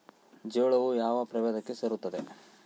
ಜೋಳವು ಯಾವ ಪ್ರಭೇದಕ್ಕೆ ಸೇರುತ್ತದೆ?